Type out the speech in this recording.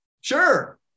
Sure